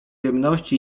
jemności